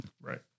Right